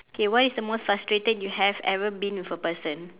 okay what is the most frustrated you have ever been with a person